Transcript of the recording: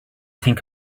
think